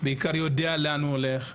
בעיקר יודע לאן הוא הולך,